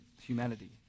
humanity